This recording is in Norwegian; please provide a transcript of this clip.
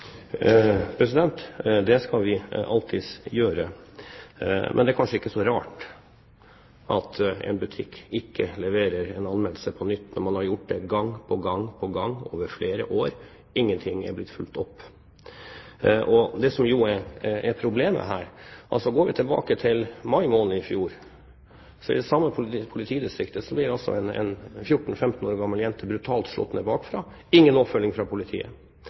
rart at en butikk ikke leverer en anmeldelse på nytt når man har gjort det gang på gang på gang over flere år. Ingen ting er blitt fulgt opp. Går vi tilbake til mai måned i fjor, i det samme politidistriktet, ble en 14–15 år gammel jente brutalt slått ned bakfra – ingen oppfølging fra politiet.